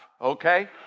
okay